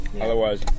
Otherwise